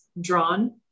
drawn